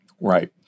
Right